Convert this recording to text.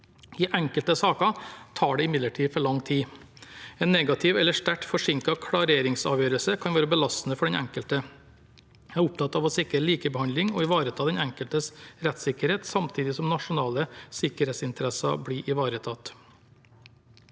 I enkelte saker tar det imidlertid for lang tid. En negativ eller sterkt forsinket klareringsavgjørelse kan være belastende for den enkelte. Jeg er opptatt av å sikre likebehandling og ivareta den enkeltes rettssikkerhet samtidig som nasjonale sikkerhetsinteresser blir ivaretatt.